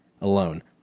alone